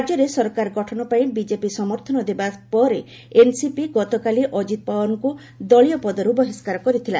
ରାଜ୍ୟରେ ସରକାର ଗଠନ ପାଇଁ ବିଜେପି ସମର୍ଥନ ଦେବା ପରେ ଏନସିପି ଗଜକାଲି ଅଜିତ୍ ପାୱାରଙ୍କୁ ଦଳୀୟ ପଦରୁ ବହିଷ୍କାର କରିଥିଲା